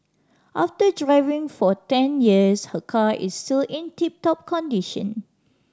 after driving for ten years her car is still in tip top condition